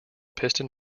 piston